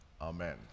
amen